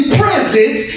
present